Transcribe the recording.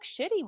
shitty